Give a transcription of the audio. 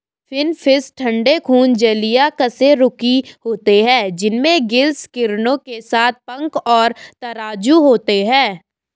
finfish ठंडे खून जलीय कशेरुकी होते हैं जिनमें गिल्स किरणों के साथ पंख और तराजू होते हैं